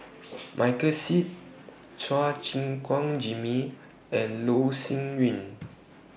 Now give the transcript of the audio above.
Michael Seet Chua Gim Guan Jimmy and Loh Sin Yun